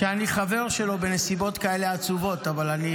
שאני חבר שלו בנסיבות כאלה עצובות, אבל אני